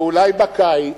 ואולי בקיץ,